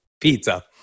Pizza